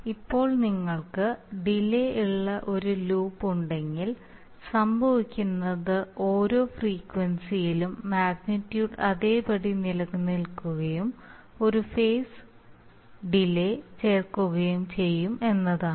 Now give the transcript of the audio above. ഇപ്പോൾ നിങ്ങൾക്ക് ഡിലേ ഉള്ള ഒരു ലൂപ്പ് ഉണ്ടെങ്കിൽ സംഭവിക്കുന്നത് ഓരോ ഫ്രീക്വൻസിയിലും മാഗ്നിറ്റ്യൂഡ് അതേപടി നിലനിൽക്കുകയും ഒരു ഫേസ് കാലതാമസം ചേർക്കുകയും ചെയ്യും എന്നതാണ്